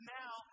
now